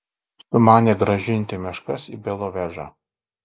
sumanė grąžinti meškas į belovežą